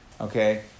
okay